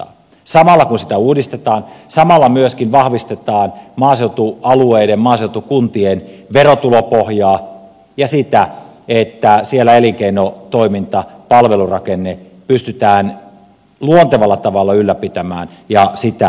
samalla kun sitä uudistetaan samalla myöskin vahvistetaan maaseutualueiden maaseutukuntien verotulopohjaa ja sitä että siellä elinkeinotoiminta palvelurakenne pystytään luontevalla tavalla ylläpitämään ja sitä kehittämään